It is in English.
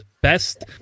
best